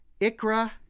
Ikra